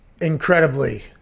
incredibly